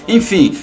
Enfim